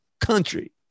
Country